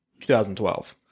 2012